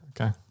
Okay